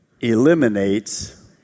eliminates